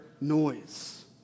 noise